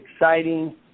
exciting